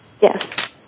Yes